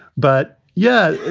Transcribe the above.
but yeah,